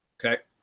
okay.